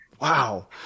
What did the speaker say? Wow